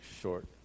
short